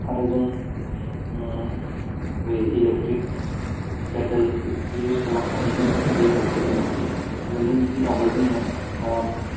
आरो जों ओम बे इलेकट्रिक केटल बेफोरखौ इउस खालामनानै जोङो दैफोर फुदुंनो हायो आगोलनि दिनावबा जोङो ओह